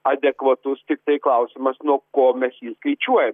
adekvatus tiktai klausimas nuo ko mes jį skaičiuojam